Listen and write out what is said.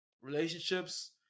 relationships